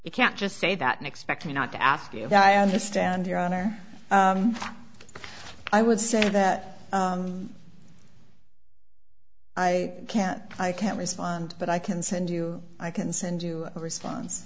you can't just say that and expect me not to ask you that i understand your honor i would say that i can't i can't respond but i can send you i can send you a response